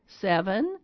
seven